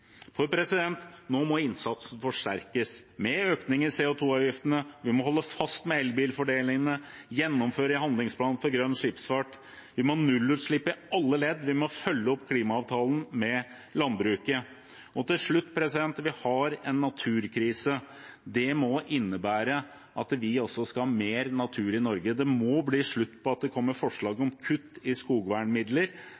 For nå må innsatsen forsterkes. Vi må øke CO 2 -avgiftene, vi må holde fast ved elbilfordelene, vi må gjennomføre handlingsplanen for grønn skipsfart, vi må ha nullutslipp i alle ledd, og vi må følge opp klimaavtalen med landbruket. Og til slutt: Vi har en naturkrise. Det må innebære at vi også skal ha mer natur i Norge. Det må bli slutt på at det kommer forslag